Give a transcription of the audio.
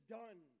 done